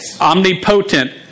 Omnipotent